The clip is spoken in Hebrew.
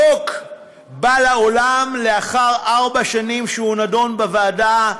החוק בא לעולם לאחר ארבע שנים שהוא נדון בוועדה,